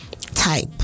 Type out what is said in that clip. type